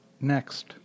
Next